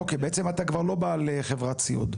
אוקיי, בעצם אתה כבר לא בעל חברת סיעוד.